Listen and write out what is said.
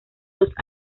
los